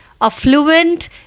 affluent